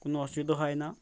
কোনো অসুবিধা হয় না